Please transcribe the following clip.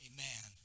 Amen